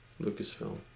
Lucasfilm